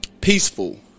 Peaceful